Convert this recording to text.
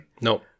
No